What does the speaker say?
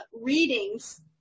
readings